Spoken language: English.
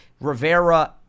Rivera